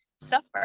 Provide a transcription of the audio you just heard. suffer